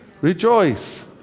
Rejoice